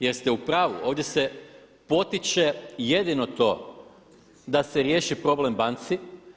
Jer ste u pravu, ovdje se potiče jedino to da se riješi problem banci.